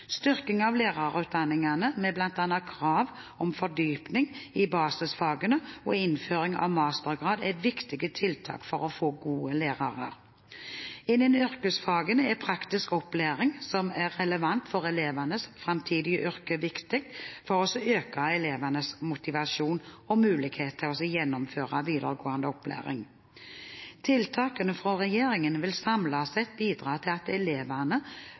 av lærerutdanningene, med bl.a. krav om fordypning i basisfagene og innføring av mastergrad, er et viktig tiltak for å få gode lærere. Innen yrkesfagene er praktisk opplæring som er relevant for elevenes framtidige yrke, viktig for å øke elevenes motivasjon og mulighet til å gjennomføre videregående opplæring. Tiltakene fra regjeringen vil samlet sett bidra til at elevene